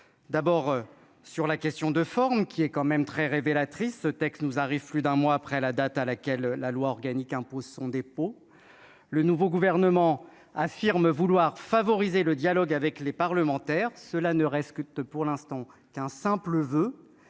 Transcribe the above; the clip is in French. d'abord sur la question de forme qui est quand même très révélatrice, ce texte nous arrive plus d'un mois après la date à laquelle la loi organique impose son dépôt, le nouveau gouvernement affirme vouloir favoriser le dialogue avec les parlementaires, cela ne pour l'instant qu'un simple voeu